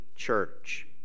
church